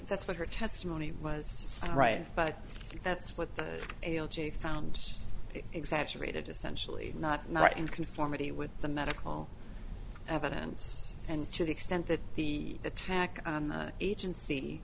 that's what her testimony was right but that's what they found exaggerated essentially not not in conformity with the medical evidence and to the extent that the attack on the agency